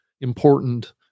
important